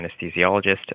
anesthesiologist